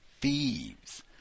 thieves